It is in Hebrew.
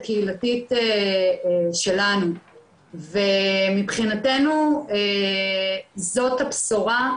הקהילתית שלנו ומבחינתנו זאת הבשורה,